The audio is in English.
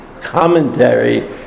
commentary